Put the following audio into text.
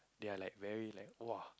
they are like very like !wah!